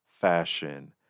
fashion